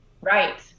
Right